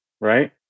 Right